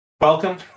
Welcome